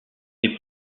est